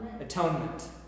atonement